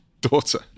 daughter